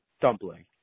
dumpling